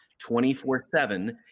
24-7